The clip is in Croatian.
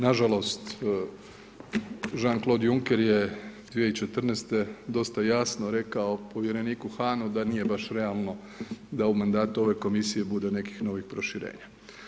Na žalost Jean Claude Juncker je 2014. dosta jasno rekao povjereniku Hahnu da nije baš realno da u mandatu ove Komisije bude nekih novih proširenja.